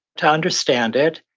to understand it,